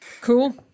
Cool